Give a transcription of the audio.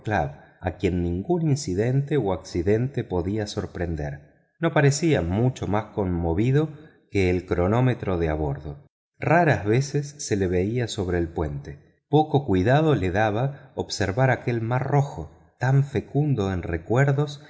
a quien ningún incidente o accidente podía sorprender no parecía mucho más conmovido que el cronómetro de a bordo raras veces se le veía sobre el puente poco cuidado le daba observar aquel mar rojo tan fecundo en recuerdos